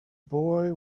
boy